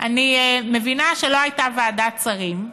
אני מבינה שלא הייתה ועדת שרים,